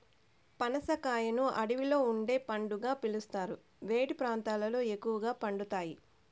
పనస కాయను అడవిలో పండే పండుగా పిలుస్తారు, వేడి ప్రాంతాలలో ఎక్కువగా పండుతాయి